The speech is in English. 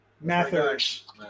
Mathers